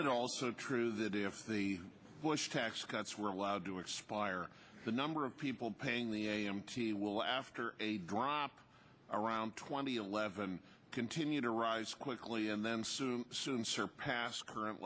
it also true that if the bush tax cuts were allowed to expire the number of people paying the a m t will after a drop around twenty eleven continue to rise quickly and then soon surpass current